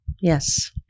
Yes